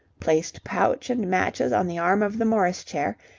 placed pouch and matches on the arm of the morris chair,